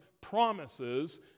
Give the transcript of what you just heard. promises